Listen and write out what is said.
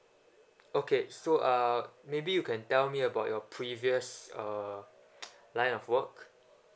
okay so uh maybe you can tell me about your previous uh line of work